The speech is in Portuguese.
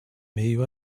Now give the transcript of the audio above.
meio